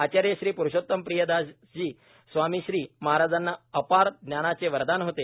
आचार्य श्री प्रुषोतमप्रियदासजी स्वामीश्री महाराजांना अपार ज्ञानाचे वरदान होते